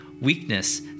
weakness